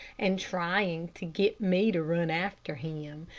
and trying to get me to run after him,